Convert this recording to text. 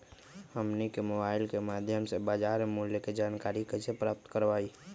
हमनी के मोबाइल के माध्यम से बाजार मूल्य के जानकारी कैसे प्राप्त करवाई?